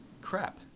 crap